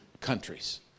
countries